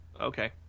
Okay